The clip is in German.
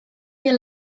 mir